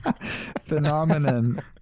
phenomenon